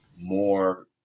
more